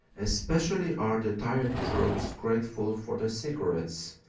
especially are the tired troops grateful for the cigarettes,